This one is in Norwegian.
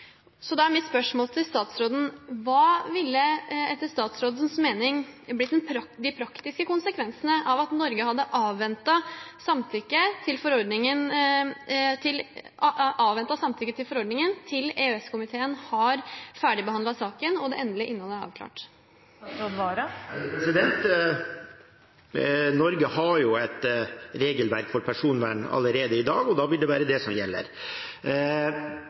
Da er mitt spørsmål til statsråden: Hva ville etter statsrådens mening blitt de praktiske konsekvensene om Norge hadde avventet samtykke til forordningen til EØS-komiteen har ferdigbehandlet saken og det endelige innholdet er avklart? Norge har et regelverk for personvern allerede i dag, og da vil det være det som gjelder.